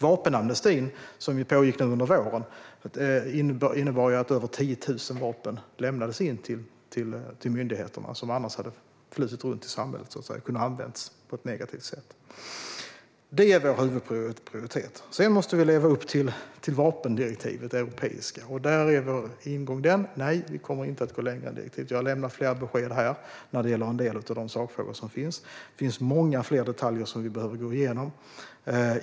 Vapenamnestin, som pågick nu under våren, innebar att över 10 000 vapen, som annars hade flutit runt i samhället och kunnat användas på ett negativt sätt, lämnades in till myndigheterna. Sedan måste vi leva upp till det europeiska vapendirektivet. Där är vår ingång: Nej, vi kommer inte att gå längre än direktivet. Jag har lämnat flera besked här när det gäller en del av sakfrågorna. Det finns många fler detaljer som vi behöver gå igenom.